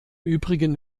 übrigen